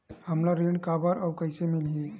हमला ऋण काबर अउ कइसे मिलही?